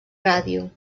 ràdio